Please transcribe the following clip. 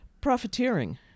profiteering